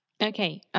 Okay